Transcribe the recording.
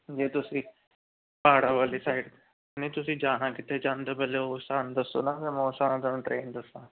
ਜੇ ਤੁਸੀਂ ਪਹਾੜਾਂ ਵਾਲੀ ਸਾਈਡ ਨਹੀਂ ਤੁਸੀਂ ਜਾਣਾ ਕਿੱਥੇ ਚਾਹੁੰਦੇ ਹੋ ਪਹਿਲੇ ਉਹ ਸਾਨੂੰ ਦੱਸੋ ਨਾ ਫਿਰ ਮੈਂ ਉਸ ਹਿਸਾਬ ਨਾਲ ਤੁਹਾਨੂੰ ਟਰੇਨ ਦੱਸਾਂ